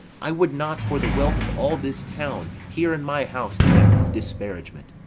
i would not for the wealth of all this town here in my house do him disparagement.